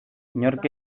inork